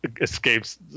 escapes